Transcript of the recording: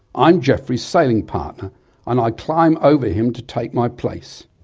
i'm geoffrey's sailing partner and i climb over him to take my place.